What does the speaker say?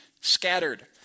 scattered